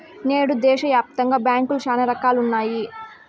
నేడు దేశాయాప్తంగా బ్యాంకులు శానా రకాలుగా ఉన్నాయి